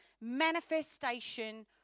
manifestation